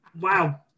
wow